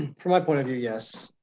from my point of view, yes.